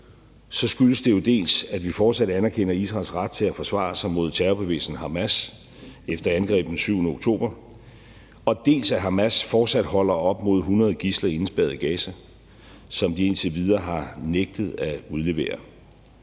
skyldes det jo, dels at vi fortsat anerkender Israels ret til at forsvare sig mod terrorbevægelsen Hamas efter angrebet den 7. oktober, dels at Hamas fortsat holder op mod 100 gidsler indespærret i Gaza. Det er gidsler, som de indtil videre har nægtet at udlevere.